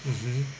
mmhmm